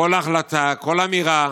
כל החלטה, כל אמירה,